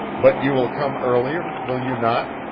but you will come earlier? will you not?